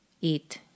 eat